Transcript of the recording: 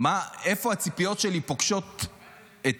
איפה הציפיות שלי פוגשות את